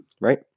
right